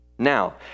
Now